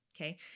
okay